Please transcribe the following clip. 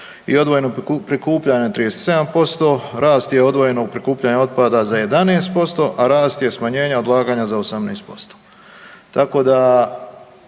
i odvojeno prikupljanje 37%, rast odvojenog prikupljanja otpada za 11%, a rast smanjenja odlaganja za 18%, tako da